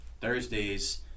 thursday's